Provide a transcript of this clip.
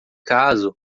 caso